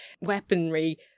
weaponry